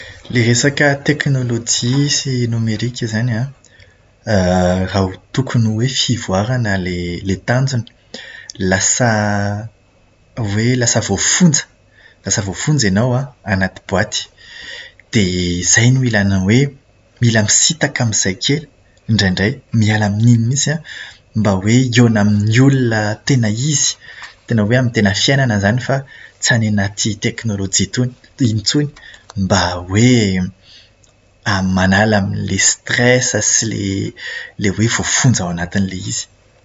Ilay resaka teknolojia sy nomerika izany an, raha tokony hoe fivoarana ilay tanjona, lasa hoe lasa voafonja, lasa voafonja ianao an, anaty boaty. Dia izay no ilàna hoe, mila misintaka amin'izay kely indraindray. Miala amin'iny mihitsy an, mba hoe mihaona amin'ny olona tena izy. Tena hoe amin'ny tena fiainana izany fa tsy anaty teknolojia tony- intsony. Mba hoe hanala an'ilay "stress" sy ilay ilay hoe voafonja ao anatin'ilay izy.